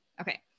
Okay